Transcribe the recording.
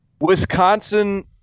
Wisconsin